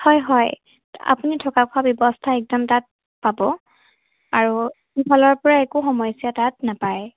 হয় হয় আপুনি থকা খোৱা ব্যৱস্থা একদম তাত পাব আৰু ইফালৰ পৰা একো সমস্যা তাত নাপায়